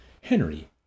Henry